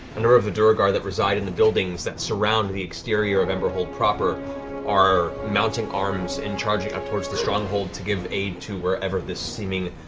and of duergar that reside in the buildings that surround the exterior of emberhold proper are mounting arms and charging up towards the stronghold to give aid to wherever this seeming,